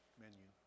menu